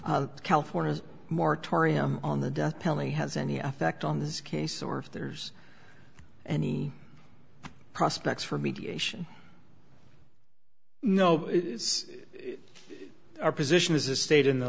california's moratorium on the death pelly has any effect on this case or if there's any prospects for mediation no our position is a state in the